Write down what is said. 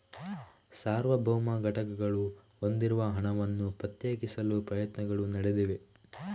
ಸಾರ್ವಭೌಮ ಘಟಕಗಳು ಹೊಂದಿರುವ ಹಣವನ್ನು ಪ್ರತ್ಯೇಕಿಸಲು ಪ್ರಯತ್ನಗಳು ನಡೆದಿವೆ